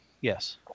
Yes